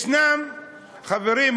חברים,